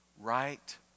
right